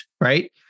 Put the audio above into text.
right